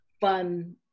fun